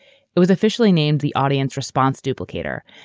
it was officially named the audience response duplicator,